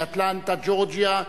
מאטלנטה ג'ורג'יה.